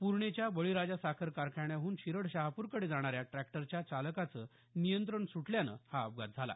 पूर्णेच्या बळीराजा साखर कारखान्याहून शिरड शहापूरकडे जाणाऱ्या ट्रॅक्टरच्या चालकाचे नियंत्रण सुटल्यानं हा अपघात झाला